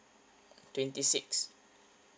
twenty six